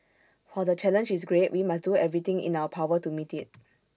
whole the challenge is great we must do everything in our power to meet IT